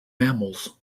mammals